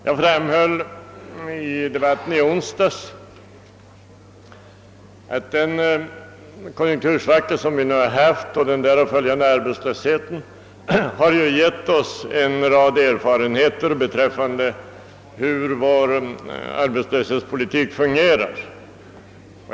Jag framhöll i debatten i onsdags att den konjunktursvacka som vi nu har haft och den därav följande arbetslösheten givit oss en rad erfarenheter beträffande hur vår arbetslöshetspolitik fungerar.